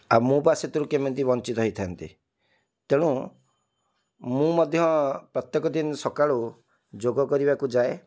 ଆଉ ମୁଁ ବା ସେଥିରୁ କେମିତି ବଞ୍ଚିତ ହେଇଥାନ୍ତି ତେଣୁ ମୁଁ ମଧ୍ୟ ପ୍ରତ୍ୟେକ ଦିନ ସକାଳୁ ଯୋଗ କରିବାକୁ ଯାଏ